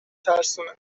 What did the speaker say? ترسونه